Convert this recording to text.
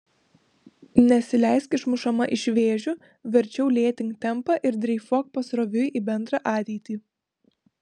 nesileisk išmušama iš vėžių verčiau lėtink tempą ir dreifuok pasroviui į bendrą ateitį